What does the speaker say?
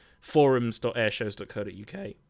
Forums.airshows.co.uk